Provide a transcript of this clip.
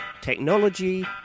Technology